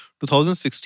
2016